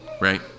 right